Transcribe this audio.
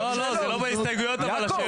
לא, זה לא בהסתייגויות השאלות.